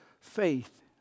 faith